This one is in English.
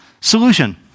solution